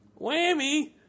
Whammy